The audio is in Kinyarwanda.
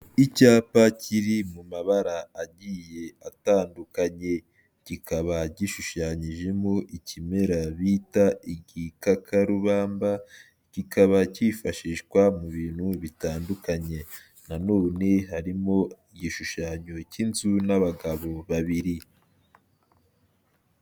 Icyapa kiri mu mabara agiye atandukanye, kikaba gishushanyijemo ikimera bita igikakarubamba, kikaba cyifashishwa mu bintu bitandukanye, nanone harimo igishushanyo cy'inzu n'abagabo babiri.